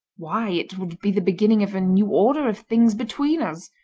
why, it would be the beginning of a new order of things between us.